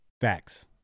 Facts